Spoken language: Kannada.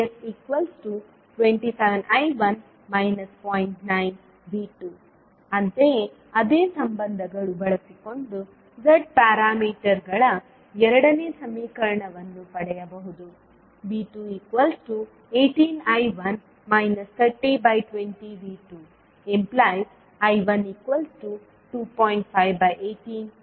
9V2 ಅಂತೆಯೇ ಅದೇ ಸಂಬಂಧಗಳು ಬಳಸಿಕೊಂಡು z ಪ್ಯಾರಾಮೀಟರ್ಗಳ ಎರಡನೇ ಸಮೀಕರಣವನ್ನು ಪಡೆಯಬಹುದುV218I1 3020V2I12